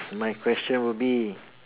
my question would be